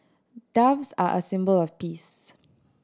doves are a symbol of peace